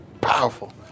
powerful